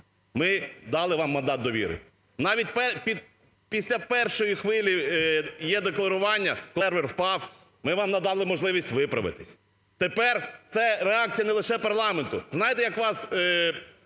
ми дали вам мандат довіри. Навіть після першої, є-декларування, коли сервер впав, ми вам надали можливість виправитися, тепер це реакція не лише парламенту. Знаєте, як вас